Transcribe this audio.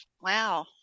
wow